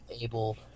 able